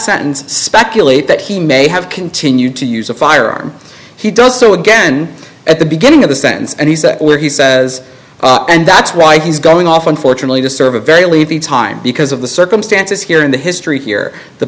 sentence speculate that he may have continued to use a firearm he does so again at the beginning of the sentence and he said he says and that's why he's going off unfortunately to serve a very levy time because of the circumstances here in the history here the